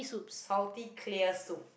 salty clear soup